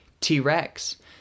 T-Rex